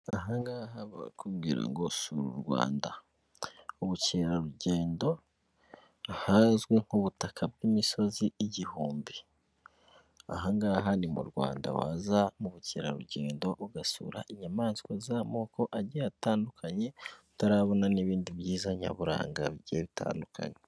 Ahangaha barakubwira ngo "Sura u Rwanda", ubukerarugendo ahazwi nk'ubutaka bw'imisozi igihumbi, ahangaha ni mu Rwanda, waza mu bukerarugendo ugasura inyamaswa z'amoko atandukanye utarabona, n'ibindi byiza nyaburanga bigiye bitandukanye.